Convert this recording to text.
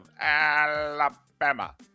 Alabama